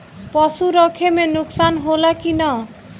पशु रखे मे नुकसान होला कि न?